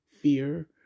fear